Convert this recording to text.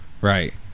Right